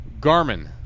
garmin